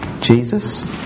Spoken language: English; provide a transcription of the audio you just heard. Jesus